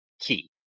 key